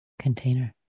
container